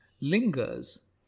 lingers